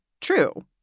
true